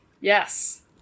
Yes